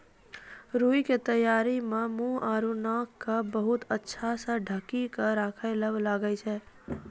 रूई के तैयारी मं मुंह आरो नाक क बहुत अच्छा स ढंकी क राखै ल लागै छै